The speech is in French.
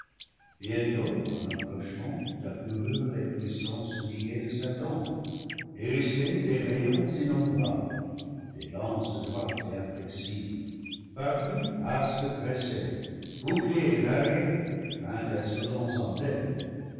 bientôt en approchant apparurent les puissances liguées de satan hérissées des rayons innombrables des lances droites et inflexibles partout casques pressés boucliers variés peints d'insolents emblèmes